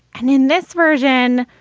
and in this version,